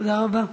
תודה רבה.